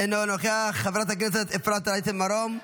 אינו נוכח, חברת הכנסת אפרת רייטן מרום,